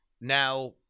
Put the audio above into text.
now